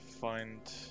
find